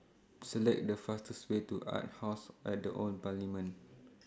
Select The fastest Way to Arts House At The Old Parliament